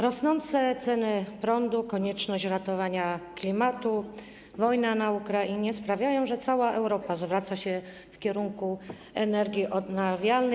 Rosnące ceny prądu, konieczność ratowania klimatu, wojna na Ukrainie sprawiają, że cała Europa zwraca się w kierunku energii odnawialnej.